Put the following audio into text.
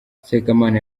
sekamana